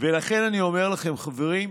ולכן אני אומר לכם, חברים,